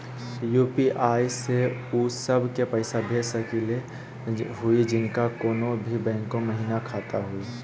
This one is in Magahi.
यू.पी.आई स उ सब क पैसा भेज सकली हई जिनका कोनो भी बैंको महिना खाता हई?